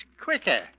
quicker